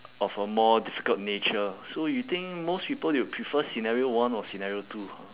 of a more difficult nature so you think most people they would prefer scenario one or scenario two ha